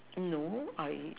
no I